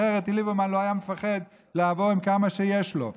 אחרת ליברמן לא היה מפחד לבוא עם כמה שיש לו.